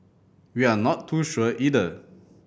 we are not too sure either